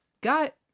got